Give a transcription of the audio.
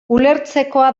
ulertzekoa